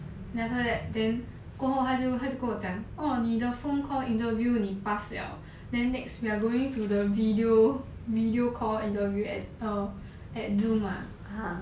then after that then 过后他就他就跟我讲 phone call interview 你 pass liao then next we are going to the video video call interview at err at zoom ah